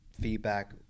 feedback